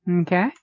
Okay